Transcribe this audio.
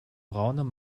braunen